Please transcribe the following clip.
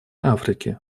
африки